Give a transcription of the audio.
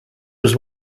was